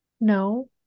No